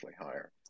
higher